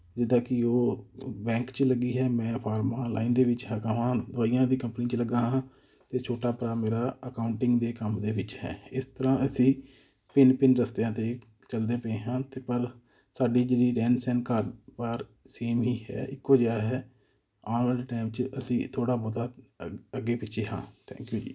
ਜਿੱਦਾਂ ਕਿ ਉਹ ਬੈਂਕ 'ਚ ਲੱਗੀ ਹੈ ਮੈਂ ਫਾਰਮਾ ਲਾਈਨ ਦੇ ਵਿੱਚ ਹੈਗਾ ਵਾ ਦਵਾਈਆਂ ਦੀ ਕੰਪਨੀ 'ਚ ਲੱਗਾ ਹਾਂ ਅਤੇ ਛੋਟਾ ਭਰਾ ਮੇਰਾ ਅਕਾਊਂਟਿੰਗ ਦੇ ਕੰਮ ਦੇ ਵਿੱਚ ਹੈ ਇਸ ਤਰ੍ਹਾਂ ਅਸੀਂ ਭਿੰਨ ਭਿੰਨ ਰਸਤਿਆਂ 'ਤੇ ਚੱਲਦੇ ਪਏ ਹਾਂ ਅਤੇ ਪਰ ਸਾਡੀ ਜਿਹੜੀ ਰਹਿਣ ਸਹਿਣ ਘਰ ਬਾਰ ਸੇਮ ਹੀ ਹੈ ਇੱਕੋ ਜਿਹਾ ਹੈ ਆਉਣ ਵਾਲੇ ਟਾਈਮ 'ਚ ਅਸੀਂ ਥੋੜ੍ਹਾ ਬਹੁਤਾ ਅੱ ਅੱਗੇ ਪਿੱਛੇ ਹਾਂ ਥੈਂਕ ਯੂ ਜੀ